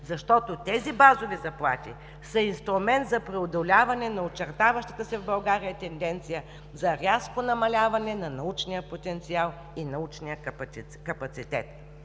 защото тези базови заплати са инструмент за преодоляване на очертаващата се в България тенденция за рязко намаляване на научния потенциал и научния капацитет.